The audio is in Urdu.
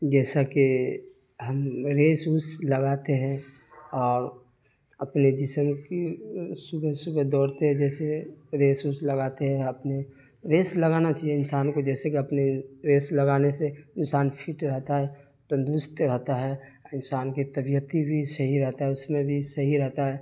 جیسا کہ ہم ریس ووس لگاتے ہیں اور اپنے جسم کی صبح صبح دوڑتے ہیں جیسے ریس ووس لگاتے ہیں اپنے ریس لگانا چاہیے انسان کو جیسے کہ اپنے ریس لگانے سے انسان فٹ رہتا ہے تندرست رہتا ہے انسان کی طبیعت بھی صحیح رہتا ہے اس میں بھی صحیح رہتا ہے